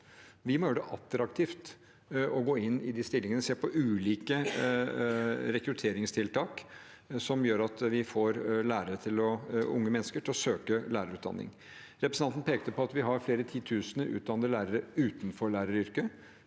Vi må gjøre det attraktivt å gå inn i de stillingene og se på ulike rekrutteringstiltak som gjør at vi får unge mennesker til å søke lærerutdanning. Representanten pekte på at vi har flere titusener utdannede lærere utenfor læreryrket.